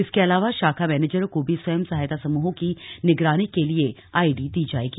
इसके अलावा बैंक शाखा मैनेजरों को भी स्वयं सहायता समूहों की निगरानी के लिए आईडी दी जाएगी